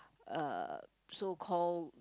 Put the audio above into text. uh so called